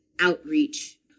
outreach